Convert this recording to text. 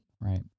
Right